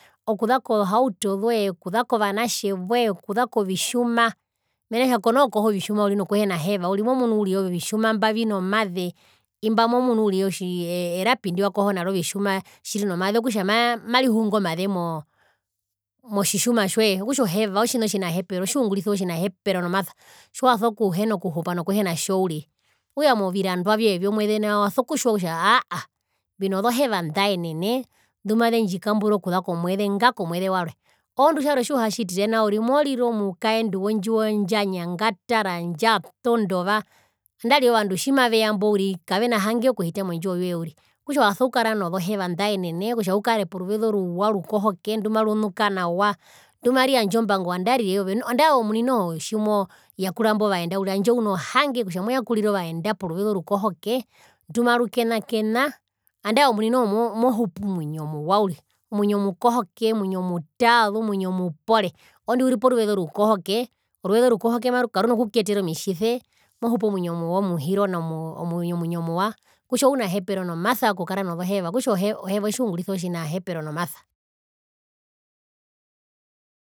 Okuza kozohauto zoe, okuza kovanatje wee okuza kovitjuma mena rokutja kono koho ovitjuma uriri nokuhena heva uriri momunu uriri ovitjuma mba vino maze imba momunu uriri kutja erapi ndiwakoho naro vitjuma tjirino maze okutja maa marihu ingo maze mo motjitjuma tjoe okutja oheva otjina otjinahepero otjiungurisiwa otjinahepero nomasa tjiwaso kuhena kuhupa nokuhena natjo uriri okutja movirandwa vyowee vyomweze nao uso kutjiwa kutja aahaa mbino zoheva ndaenene ndumazendjikmbura okuza komweze ngakomweze warwe oondu tjarwe tjiuahtjitire nao uriri morire omukaendu wondjiwo ndjanyangatara ndjato ndova andarire ovandu tjimaveya mbo uriri kavena hange okuhita mondjiwo yoye uriri okutja waso kukara nozoheva ndjaenene kutja ukare poruveze oruwa orukohokendumarunuka nawa ndumaruyandja ombango andarire oo andae ove omuni noho tjimoyakura imbo vaenda handje moyakurire ovaenda poruveze orukohoke ndumarukenenakena andae ove omuni noho mohupu omwio muwa uriri omwinyo mukohoke omwinyo omutaazu omwinyo omupore orondu uri poruveze orukohoke oruveze orukohoke karuna kukuyetera omitjise mohupu omwinyo omuwa omuhirona omwinyo muwa okutja ounahepero nomasa okukara nozoheva okutja oheva otjiungurisiwa otjinahepero nomasa.